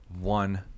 one